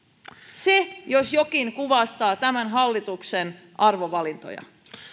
se jos jokin kuvastaa tämän hallituksen arvovalintoja